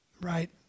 Right